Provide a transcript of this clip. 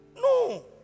No